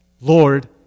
Lord